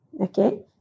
okay